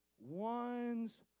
one's